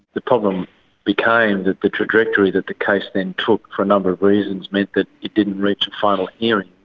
the problem became that the trajectory that the case then took for a number of reasons meant that it didn't reach a final hearing